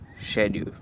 schedule